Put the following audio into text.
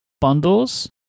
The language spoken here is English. bundles